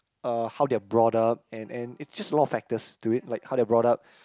uh how they are brought up and and it's just a lot of factors to it like how they are brought up